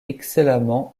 excellemment